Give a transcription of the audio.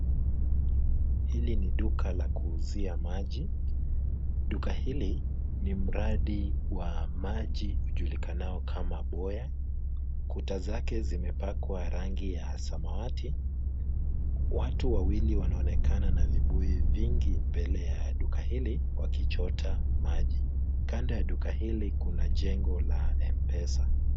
Hili ni duka la kuuzia maji, duka hili ni mradi wa maji ujulikanao kama boya, kuta zake zimepakwa rangi ya samawati. Watu wawili wanaonekana na vibuyu vingi mbele ya duka hili wakichota maji. Kando ya duka hili kuna jengo la M-pesa.